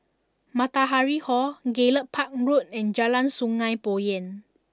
Matahari Hall Gallop Park Road and Jalan Sungei Poyan